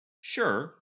Sure